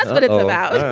ah but it's about